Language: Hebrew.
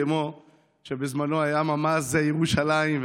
כמו שבזמנו היה ממ"ז ירושלים,